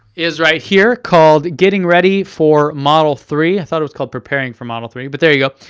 is right here, called getting ready for model three. i thought it was called preparing for model three, but there you go.